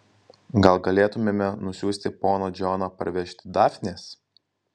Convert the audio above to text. gal galėtumėme nusiųsti poną džoną parvežti dafnės